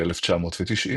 ב-1990,